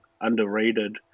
underrated